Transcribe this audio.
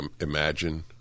Imagine